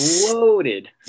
loaded